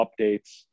updates